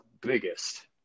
Biggest